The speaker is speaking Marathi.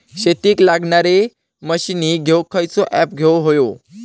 शेतीक लागणारे मशीनी घेवक खयचो ऍप घेवक होयो?